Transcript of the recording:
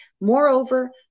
Moreover